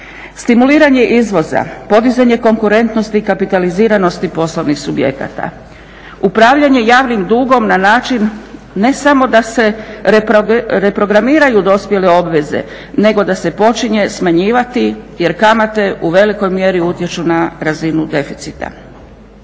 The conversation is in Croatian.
Stimuliranje izvoza, podizanje konkurentnosti i kapitaliziranosti poslovnih subjekata, upravljanje javnim dugom na način ne samo da se reprogramiraju dospjele obveze nego da se počinje smanjivati jer kamate u velikoj mjeri utječu na razinu deficita.